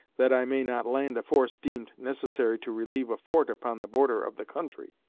that i may not land a force deemed necessary to relieve a fort upon the border of the country.